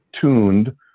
tuned